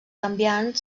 canviant